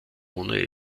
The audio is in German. ohne